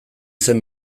zen